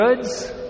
goods